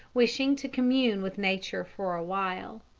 wishing to commune with nature for a while.